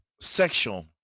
sexual